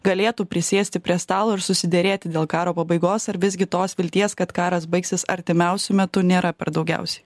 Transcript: galėtų prisėsti prie stalo ir susiderėti dėl karo pabaigos ar visgi tos vilties kad karas baigsis artimiausiu metu nėra per daugiausiai